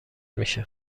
میشه